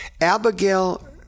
Abigail